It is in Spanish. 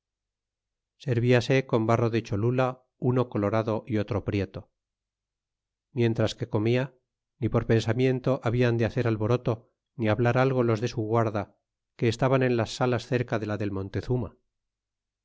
serviase con barro de cholula uno colorado y otro prieto miéntras que comia ni por pensamiento habian de hacer alboroto ni hablar alto los de su guarda que estaban en las salas cerca de la del montezuma